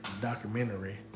documentary